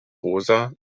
rosa